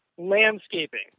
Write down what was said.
Landscaping